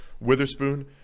Witherspoon